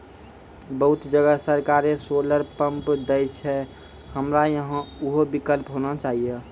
बहुत जगह सरकारे सोलर पम्प देय छैय, हमरा यहाँ उहो विकल्प होना चाहिए?